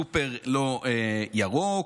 סופר-לא-ירוק.